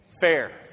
fair